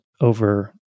over